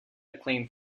acclaim